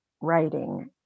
writing